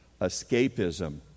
escapism